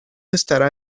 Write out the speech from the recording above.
estará